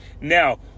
Now